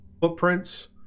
footprints